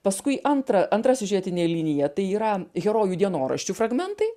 paskui antra antra siužetinė linija tai yra herojų dienoraščių fragmentai